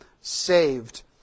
saved